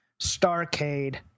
Starcade